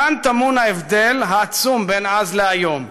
כאן טמון ההבדל העצום בין אז להיום: